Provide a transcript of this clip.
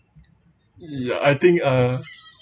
ya I think uh